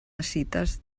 escites